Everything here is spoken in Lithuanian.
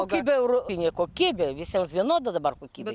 kokybė europinė kokybė visiems vienoda dabar kokybė